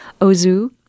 Ozu